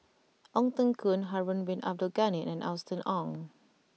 Ong Teng Koon Harun Bin Abdul Ghani and Austen Ong